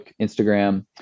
Instagram